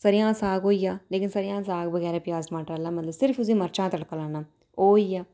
स'रेआं दा साग होई गेआ लेकिन स'रेआं दा साग बगैरा प्याज टमाटर आह्ला मगरा उसी सिर्फ मर्चां दा तड़का लाना ओह् होई गेआ